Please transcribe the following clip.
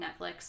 Netflix